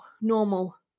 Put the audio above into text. normal